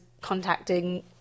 contacting